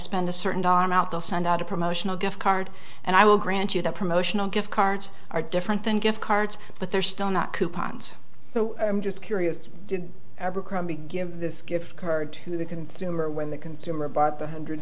spend a certain dollar amount the send out a promotional gift card and i will grant you that promotional gift cards are different than gift cards but they're still not coupons so i'm just curious did abercrombie give this gift card to the consumer when the consumer bought the hundred